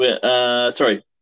sorry